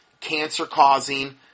cancer-causing